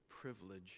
privilege